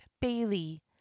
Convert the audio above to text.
Bailey